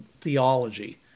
theology